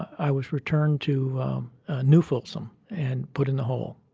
i was returned to new folsom and put in the hole.